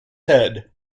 head